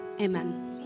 amen